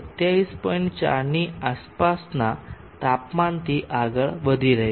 2 ની આસપાસ હશે